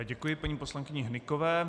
Děkuji paní poslankyni Hnykové.